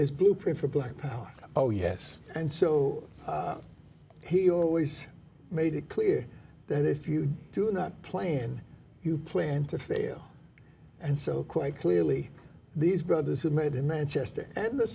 as blueprint for black power oh yes and so he always made it clear that if you do not plan you plan to fail and so quite clearly these brothers who made in manchester and